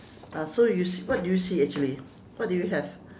uh so you see what do you see actually what do you have